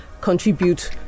contribute